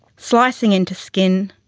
slicing into skin,